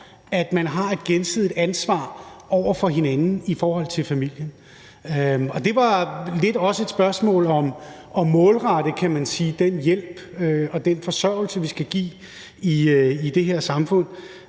at man har et gensidigt ansvar over for hinanden i forhold til familien. Det er også lidt et spørgsmål om at målrette, kan man sige, den hjælp og den forsørgelse, vi skal give i det her samfund.